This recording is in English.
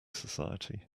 society